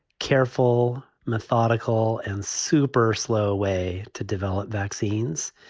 careful, methodical and super slow way to develop vaccines.